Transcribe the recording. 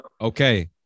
Okay